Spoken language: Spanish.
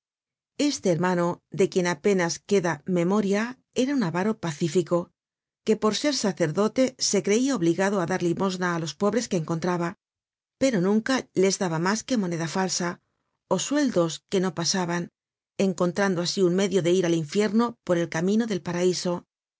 este hermano de quien apenas queda memoria era un avaro pacífico que por ser sacerdote se creia obligado á dar limosna á los pobres que encontraba pero nunca les daba mas que moneda falsa ó sueldos que no pasaban encontrando asi un medio de ir al infierno por el camino del paraiso